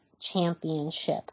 championship